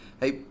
Hey